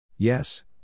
Yes